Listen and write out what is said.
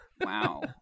Wow